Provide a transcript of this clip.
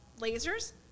lasers